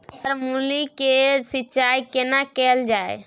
Sir मूली के सिंचाई केना कैल जाए?